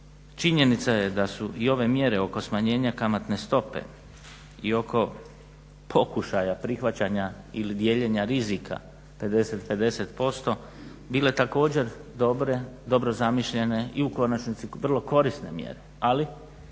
Činjenica je da su i ove mjere oko smanjenja kamatne stope i oko pokušaja prihvaćanja ili dijeljenja rizika 50-50% bile također dobro zamišljene i u konačnici vrlo korisne mjere.